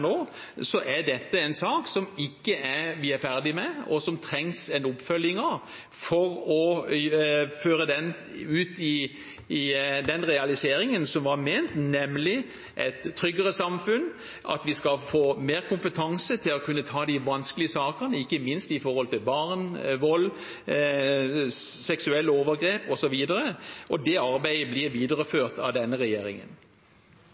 nå – er dette en sak som vi ikke er ferdig med, og som det trengs en oppfølging av for å føre den ut i den realiseringen som var ment, nemlig et tryggere samfunn, at vi skal få mer kompetanse til å kunne ta de vanskelige sakene, ikke minst når det gjelder barn, vold, seksuelle overgrep, osv. Det arbeidet blir